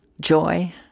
joy